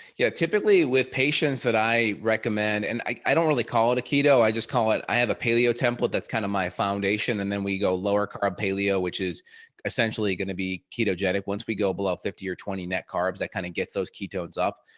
yeah, typically with patients that i recommend, and i don't really call it a keto i just call it i have a paleo template. that's kind of my foundation and then we go lower carb paleo, which is essentially going to be ketogenic once we go below fifty or twenty net carbs that kind of gets those ketones up.